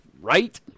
right